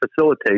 facilitate